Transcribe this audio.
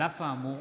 על אף האמור,